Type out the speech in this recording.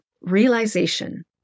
realization